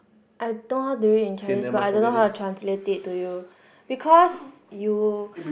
I know how to read in Chinese but I don't know how to translate it to you because you